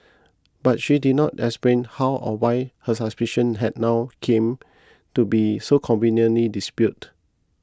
but she did not explain how or why her suspicion had now came to be so conveniently dispelled